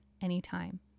anytime